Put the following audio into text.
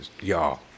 Y'all